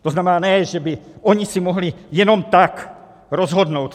To znamená, ne že by oni si mohli jenom tak rozhodnout.